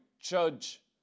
judge